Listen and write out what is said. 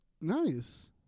Nice